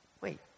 Wait